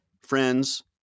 friends